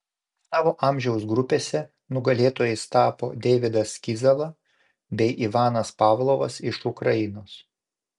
savo amžiaus grupėse nugalėtojais tapo deividas kizala bei ivanas pavlovas iš ukrainos